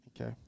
Okay